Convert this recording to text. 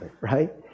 right